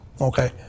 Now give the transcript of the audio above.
okay